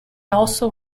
also